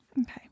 Okay